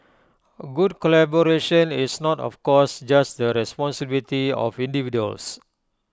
good collaboration is not of course just the responsibility of individuals